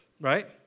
right